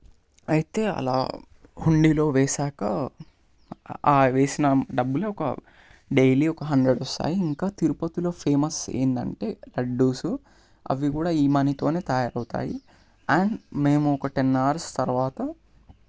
అయితే అలా హుండీలో వేసాక ఆ వేసిన డబ్బులు డైలీ ఒక హండ్రెడ్ వస్తాయి ఇంకా తిరుపతిలో ఫేమస్ ఏంటంటే లడ్డు అవి కూడా ఈ మనీతో తయారవుతాయి అండ్ మేము ఒక టెన్ అవర్స్ తర్వాత